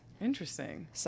Interesting